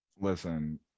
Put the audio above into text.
Listen